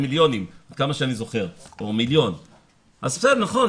כמה שאני זוכר עולה מיליונים או מילון.